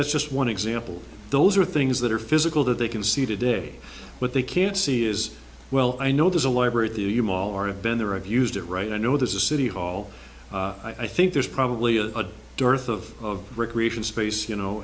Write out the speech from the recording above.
that's just one example those are things that are physical that they can see today but they can't see is well i know there's a library at the u mall or have been there i've used it right i know there's a city hall i think there's probably a dearth of recreation space you know